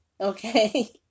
okay